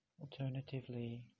alternatively